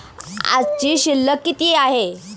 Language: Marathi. आजची शिल्लक किती आहे?